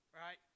right